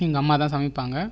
எங்கள் அம்மா தான் சமைப்பாங்க